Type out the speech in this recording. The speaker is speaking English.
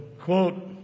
quote